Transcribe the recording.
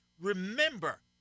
remember